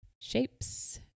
Shapes